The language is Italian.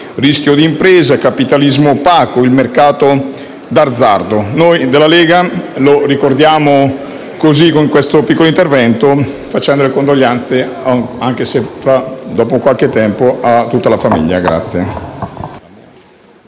rischio d'impresa», «Capitalismo opaco», «Il mercato d'azzardo» Noi della Lega lo ricordiamo così, con questo piccolo intervento, facendo le condoglianze, anche se dopo qualche tempo, a tutta la famiglia.